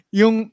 yung